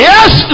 Yes